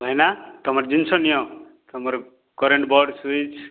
ଭାଇନା ତୁମର ଜିନିଷ ନିଅ ତୁମର କରେଣ୍ଟ ବୋର୍ଡ଼ ସୁଇଚ୍